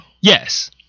Yes